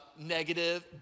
negative